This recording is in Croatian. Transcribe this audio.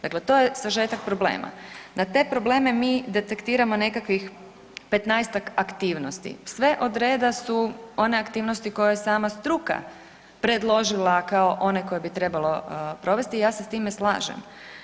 Dakle, to je sažetak problema, na te probleme mi detektiramo nekakvih 15 aktivnosti, sve odreda su one aktivnosti koje je sama struka predložila kao one koje bi trebalo provesti i ja se s time slažem.